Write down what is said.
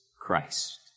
Christ